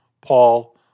Paul